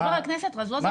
חבר הכנסת רזבוזוב,